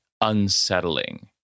unsettling